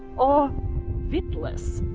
or vit less.